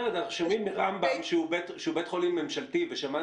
כשאומרים 'תוספת מיטה ברישיון לבית חולים ממשלתי' אז יש